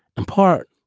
in part,